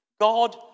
God